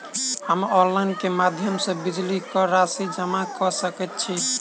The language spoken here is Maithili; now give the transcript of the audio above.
हम ऑनलाइन केँ माध्यम सँ बिजली कऽ राशि जमा कऽ सकैत छी?